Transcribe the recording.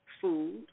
food